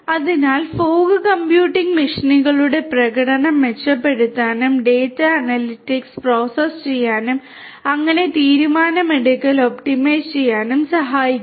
അതിനാൽ fog computing മെഷീനുകളുടെ പ്രകടനം മെച്ചപ്പെടുത്താനും ഡാറ്റ അനലിറ്റിക്സ് പ്രോസസ്സ് ചെയ്യാനും അങ്ങനെ തീരുമാനമെടുക്കൽ ഒപ്റ്റിമൈസ് ചെയ്യാനും സഹായിക്കുന്നു